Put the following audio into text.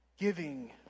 Giving